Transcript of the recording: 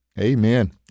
Amen